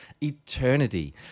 Eternity